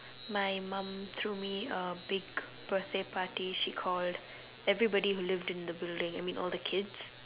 my mum threw me a big birthday party she called everybody who lived in the building I mean all the kids